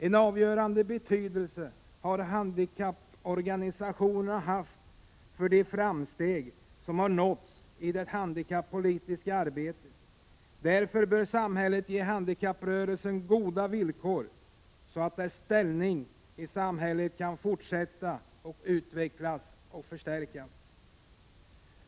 En avgörande betydelse har handikapporganisationerna haft för de framsteg som har nåtts i det handikappolitiska arbetet. Därför bör samhället ge handikapprörelsen goda villkor, så att dess ställning i samhället kan fortsätta att utvecklas och förstärkas.